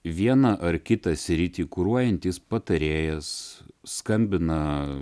vieną ar kitą sritį kuruojantis patarėjas skambina